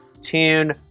tune